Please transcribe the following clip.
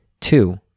two